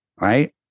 Right